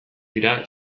dira